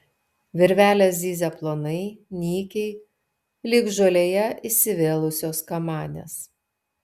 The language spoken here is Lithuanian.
virvelės zyzia plonai nykiai lyg žolėje įsivėlusios kamanės